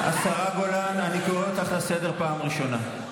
השרה גולן, אני קורא אותך לסדר פעם ראשונה.